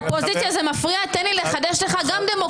נניח שהגיעו שבעה